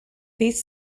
these